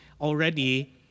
already